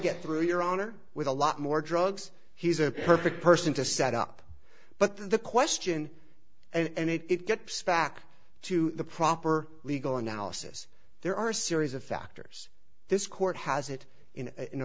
get through your honor with a lot more drugs he's a perfect person to set up but then the question and it gets back to the proper legal analysis there are a series of factors this court has it in a